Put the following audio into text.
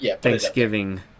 thanksgiving